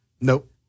Nope